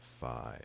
five